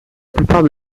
plupart